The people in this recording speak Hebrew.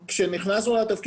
אם כך הנהג עושה את הדברים,